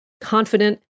confident